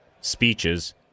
speeches